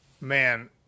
man